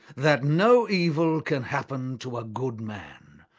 that no evil can happen to a good man,